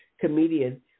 comedian